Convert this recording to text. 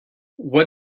what